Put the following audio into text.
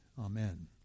Amen